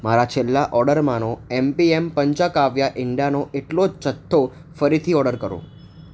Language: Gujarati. મારા છેલ્લા ઓર્ડરમાંનો એમપીએમ પંચાંકાવ્યા ઇંડાનો એટલો જ જથ્થો ફરીથી ઓડર કરો